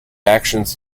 actions